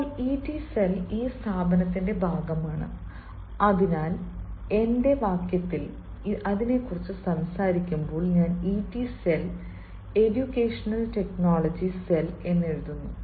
ഇപ്പോൾ ET cell ഈ സ്ഥാപനത്തിന്റെ ഭാഗമാണ് അതിനാൽ എന്റെ വാക്യത്തിൽ അതിനെക്കുറിച്ച് സംസാരിക്കുമ്പോൾ ഞാൻ ET cell educational technology cell എഴുതുന്നു